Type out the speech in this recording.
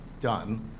done